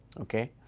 okay.